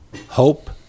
hope